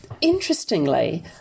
interestingly